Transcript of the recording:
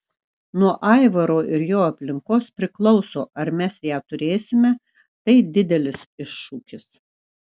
nuo aivaro ir jo aplinkos priklauso ar mes ją turėsime tai didelis iššūkis